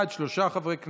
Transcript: בעד, שלושה חברי כנסת,